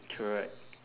correct